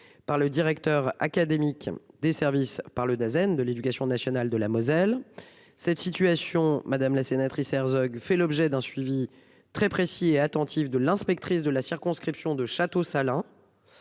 par le directeur académique des services par le Dasen de l'éducation nationale, de la Moselle. Cette situation, madame la sénatrice Herzog fait l'objet d'un suivi très précis et attentif de l'inspectrice de la circonscription de Château-Salins.